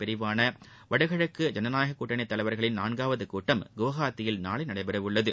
பிரிவான வடகிழக்கு ஜனநாயக கூட்டணி தலைவர்களின் நான்காவது கூட்டம் குவாஹத்தியில் நாளை நடைபெறவுள்ளது